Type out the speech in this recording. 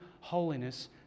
holiness